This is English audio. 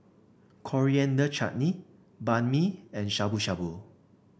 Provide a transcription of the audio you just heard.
Coriander Chutney Banh Mi and Shabu Shabu